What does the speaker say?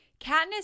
Katniss